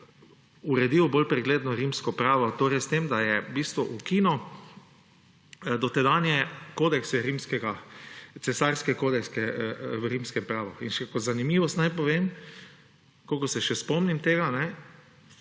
uredil bolj pregledno rimsko pravo s tem, da je v bistvu ukinil dotedanje kodekse, cesarske kodekse, v rimskem pravu. In še kot zanimivost naj povem, kolikor se še spomnim tega.